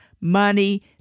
money